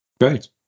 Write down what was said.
Great